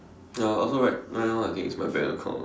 ya also right right now I think it's my bank account ah